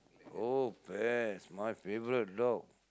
oh pets my favourite dog